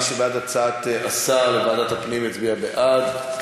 מי שבעד הצעת השר, לוועדת הפנים, יצביע בעד.